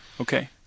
Okay